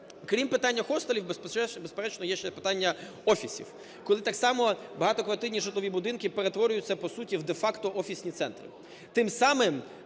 Крім питання хостелів, безперечно, є ще питання офісів, коли так само багатоквартирні житлові будинки перетворюються по суті в де-факто офісні центри,